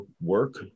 work